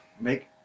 Make